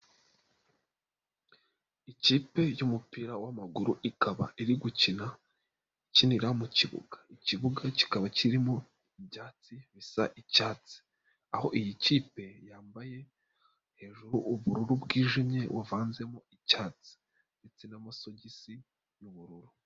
Ikipe y'umupira w'amaguru ikaba iri gukina, ikinira mu kibuga. Ikibuga kikaba kirimo ibyatsi bisa icyatsi. Aho iyi kipe yambaye hejuru ubururu bwijimye buvanzemo icyatsi ndetse n'amasogisi y'ubururu.